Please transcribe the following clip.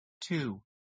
Two